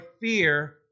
fear